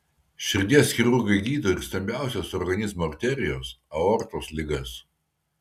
širdies chirurgai gydo ir stambiausios organizmo arterijos aortos ligas